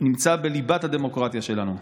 נמצא בליבת הדמוקרטיה שלנו.